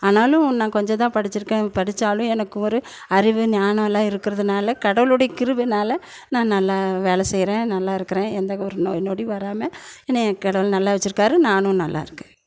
ஆனாலும் நான் கொஞ்சம் தான் படித்திருக்கேன் படித்தாலும் எனக்கு ஒரு அறிவு ஞானலாம் இருக்கிறதுனால கடவுளுடைய கிருபையினால நான் நல்லா வேலை செய்கிறேன் நல்லா இருக்கிறேன் எந்த ஒரு நோய்நொடியும் வராமல் என்னை கடவுள் நல்லா வெச்சுருக்காரு நானும் நல்லாயிருக்கேன்